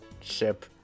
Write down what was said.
ship